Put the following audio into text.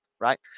Right